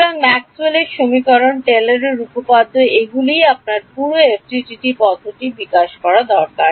সুতরাং ম্যাক্সওয়েলের সমীকরণMaxwell's টেলরের উপপাদ্য এগুলিই আপনার পুরো এফডিটিডি পদ্ধতিটি বিকাশ করা দরকার